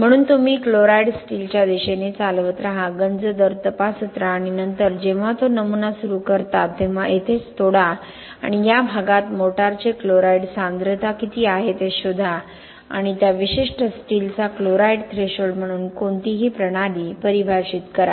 म्हणून तुम्ही क्लोराईड्स स्टीलच्या दिशेने चालवत राहा गंज दर तपासत राहा आणि नंतर जेव्हा तो नमुना सुरू करतो तेव्हा येथेच तोडा आणि या प्रदेशात मोटारचे क्लोराईड सांद्रता किती आहे ते शोधा आणि त्या विशिष्ट स्टीलचा क्लोराईड थ्रेशोल्ड म्हणून कोणतीही प्रणाली परिभाषित करा